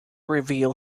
reveal